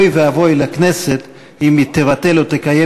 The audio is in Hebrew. אוי ואבוי לכנסת אם היא תבטל או תקיים